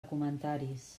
comentaris